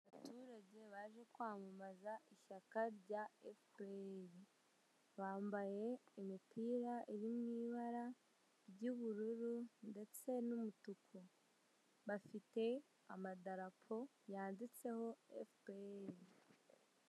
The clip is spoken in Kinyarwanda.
Abaturage baje kwamamaza ishyaka rya FPR, bambaye imipira iri mu ibara ry'ubururu ndetse n'umutuku, bafite amadarapo yanditseho FPR.